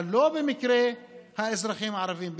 אבל לא במקרה של האזרחים הערבים בישראל,